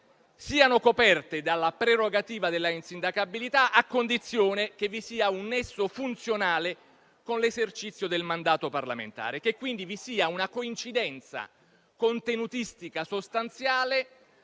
siano coperte dalla prerogativa della insindacabilità, a condizione che vi sia un nesso funzionale con l'esercizio del mandato parlamentare e che quindi vi sia una coincidenza contenutistica sostanziale